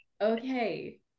okay